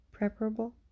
preparable